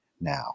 now